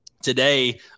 today